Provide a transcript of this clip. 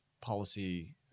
policy